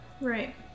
right